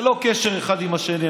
ללא קשר אחד עם השני.